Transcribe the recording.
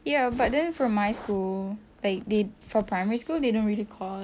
ya but then for my school like they for primary school they don't really call